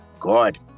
Good